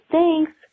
Thanks